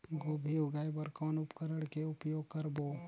गोभी जगाय बर कौन उपकरण के उपयोग करबो?